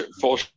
full